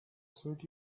suit